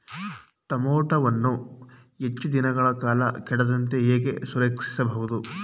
ಟೋಮ್ಯಾಟೋವನ್ನು ಹೆಚ್ಚು ದಿನಗಳ ಕಾಲ ಕೆಡದಂತೆ ಹೇಗೆ ಸಂರಕ್ಷಿಸಬಹುದು?